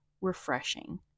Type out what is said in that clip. refreshing